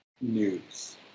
news